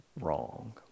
wrong